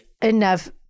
enough